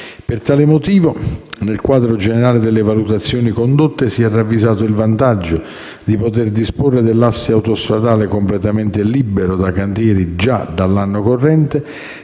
Per tale motivo, nel quadro generale delle valutazioni condotte, si è ravvisato il vantaggio di poter disporre dell'asse autostradale completamente libero da cantieri già dall'anno corrente,